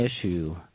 issue